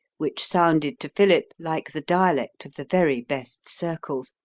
which sounded to philip like the dialect of the very best circles,